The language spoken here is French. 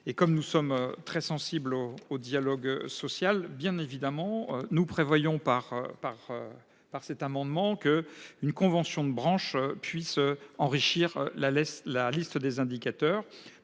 et comme nous sommes très sensibles au au dialogue social bien évidemment nous prévoyons par par. Par cet amendement que une convention de branche puisse enrichir la laisse la liste des indicateurs